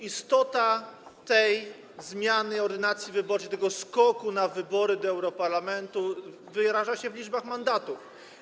Istota tej zmiany ordynacji wyborczej, tego skoku na wybory do Europarlamentu, wyraża się w liczbach mandatów.